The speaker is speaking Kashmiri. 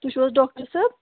تۄہہِ چھُو حظ ڈاکڑ صٲب